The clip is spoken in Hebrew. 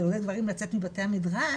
זה לעודד גברים לצאת מבתי המדרש.